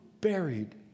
buried